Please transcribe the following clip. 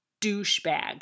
douchebag